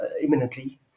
imminently